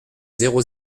zéro